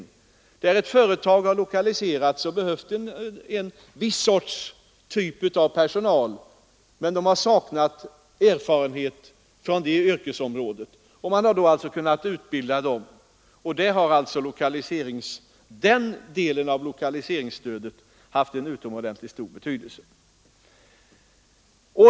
På en ort där ett företag lokaliserats har det t.ex. behövts en viss sorts yrkeskunnighet, men det har saknats personal med erfarenhet från just det yrkesområdet. Man har då kunnat ge sådan utbildning. Den delen av lokaliseringsstödet har haft en utomordentligt stor betydelse.